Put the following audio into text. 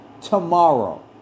tomorrow